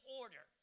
order